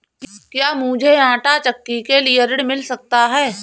क्या मूझे आंटा चक्की के लिए ऋण मिल सकता है?